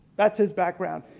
that's his background.